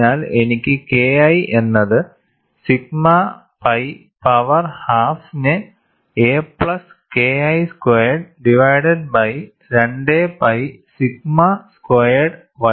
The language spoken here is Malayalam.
അതിനാൽ എനിക്ക് KI എന്നത് സിഗ്മ പൈ പവർ ഹാഫ് നെ a plus KI squared divided by 2 pi sigma squared ys